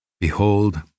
Behold